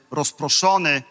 rozproszony